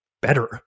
better